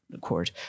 court